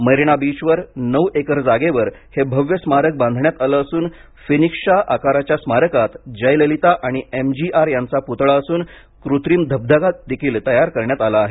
मरिना बीचवर नऊ एकर जागेवर हे भव्य स्मारक बांधण्यात आले असून फिनिक्सच्या आकाराच्या स्मारकात जयललिता आणि एम जी आर यांचा पुतळा असून कृत्रिम धबधबादेखील तयार करण्यात आला आहे